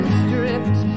stripped